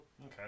Okay